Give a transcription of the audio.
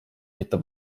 mitte